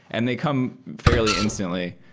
and they come fairly instantly.